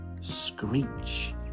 screech